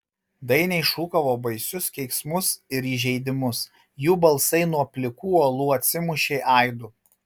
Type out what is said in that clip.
dainiai šūkavo baisius keiksmus ir įžeidimus jų balsai nuo plikų uolų atsimušė aidu